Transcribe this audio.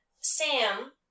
Sam